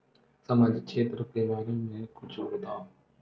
सामाजिक क्षेत्र के बारे मा कुछु बतावव?